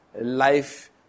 Life